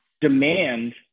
demand